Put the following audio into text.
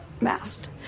masked